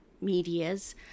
medias